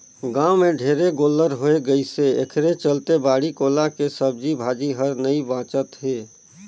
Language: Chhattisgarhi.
गाँव में ढेरे गोल्लर होय गइसे एखरे चलते बाड़ी कोला के सब्जी भाजी हर नइ बाचत हे